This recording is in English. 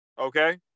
okay